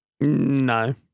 No